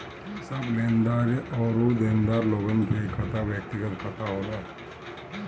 सब लेनदार अउरी देनदार लोगन के खाता व्यक्तिगत खाता होला